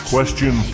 Question